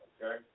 Okay